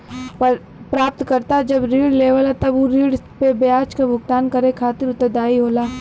प्राप्तकर्ता जब ऋण लेवला तब उ ऋण पे ब्याज क भुगतान करे खातिर उत्तरदायी होला